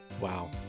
wow